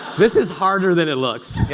this is harder than it looks.